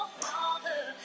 father